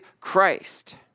Christ